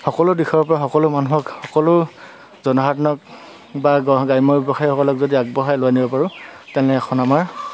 সকলো দিশৰ পৰা সকলো মানুহক সকলো জনসাধাৰণক বা গ্ৰাম্য ব্যৱসায়ীসকলক যদি আগবঢ়াই লৈ আনিব পাৰোঁ তেনে এখন আমাৰ